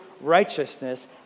righteousness